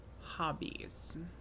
hobbies